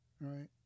right